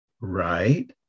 Right